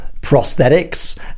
prosthetics